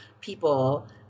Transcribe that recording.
people